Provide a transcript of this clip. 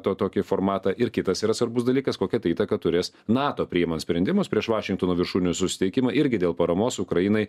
to tokį formatą ir kitas yra svarbus dalykas kokią tai įtaką turės nato priimant sprendimus prieš vašingtono viršūnių susitikimą irgi dėl paramos ukrainai